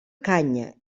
canya